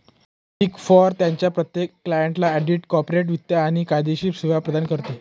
big four त्यांच्या प्रत्येक क्लायंटला ऑडिट, कॉर्पोरेट वित्त आणि कायदेशीर सेवा प्रदान करते